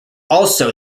also